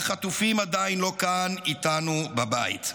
והחטופים עדיין לא כאן בבית איתנו.